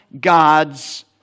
God's